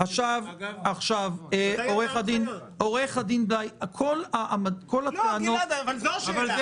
עו"ד בליי, כל הטענות --- זאת השאלה.